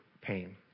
pain